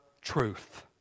truth